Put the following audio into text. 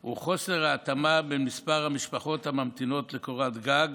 היא חוסר ההתאמה בין מספר המשפחות הממתינות לקורת גג